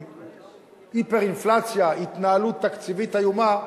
עם היפר-אינפלציה, התנהלות תקציבית איומה,